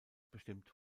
bestimmt